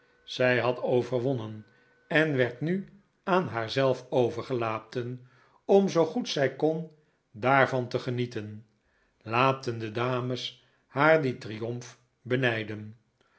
zij had overwonnen en werd nu aan haarzelf overgelaten om zoo goed zij kon daarvan te genieten laten de dames haar dien triomf benijden